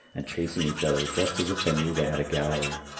and chasing each other just as if they knew they had a gallery.